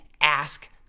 Ask